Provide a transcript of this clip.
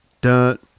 dun